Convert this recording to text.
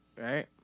right